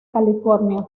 california